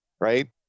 right